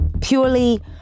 Purely